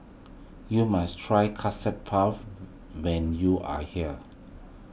you must try Custard Puff when you are here